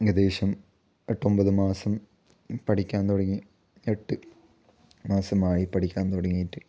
ഏകദേശം എട്ടൊമ്പത് മാസം പഠിക്കാൻ തുടങ്ങി എട്ട് മാസമായി പഠിക്കാൻ തുടങ്ങിയിട്ട്